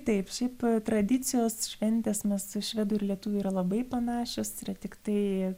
taip šiaip tradicijos šventės mes švedų ir lietuvių yra labai panašios yra tiktai